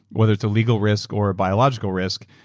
whether it's a legal risk or a biological risk.